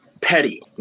petty